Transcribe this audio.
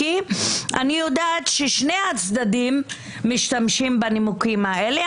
כי אני יודעת ששני הצדדים משתמשים בנימוקים האלה.